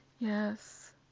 Yes